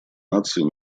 наций